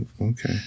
Okay